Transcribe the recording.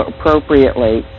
appropriately